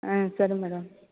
ஆ சரி மேடம்